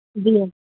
جی